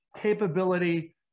capability